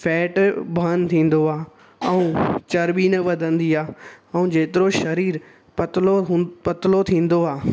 fat burn थींदो आहे ऐं चरबी न वधंदी आहे ऐं जेतिरो शरीर पतलो हू पतलो थींदो आहे